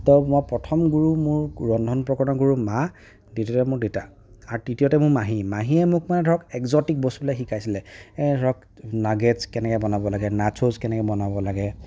ত' মোৰ প্ৰথম গুৰু মোৰ ৰন্ধন প্ৰকৰণৰ গুৰু মা দ্বিতীয়তে মোৰ দেতা আৰু তৃতীয়তে মোৰ মাহী মাহীয়ে মোক ধৰক একজ'টিক বস্তুবিলাক শিকাইছিলে এই যেনে ধৰক নাগেটছ্ কেনেকে বনাব লাগে নাছৌচ কেনেকে বনাব লাগে